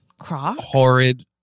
horrid